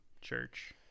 church